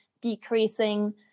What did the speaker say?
decreasing